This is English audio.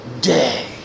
day